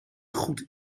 goed